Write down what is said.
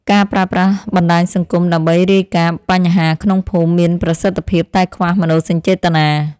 ការប្រើប្រាស់បណ្តាញសង្គមដើម្បីរាយការណ៍បញ្ហាក្នុងភូមិមានប្រសិទ្ធភាពតែខ្វះមនោសញ្ចេតនា។